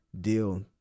deal